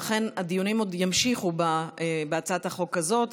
ואכן הדיונים עוד ימשיכו בהצעת החוק הזאת,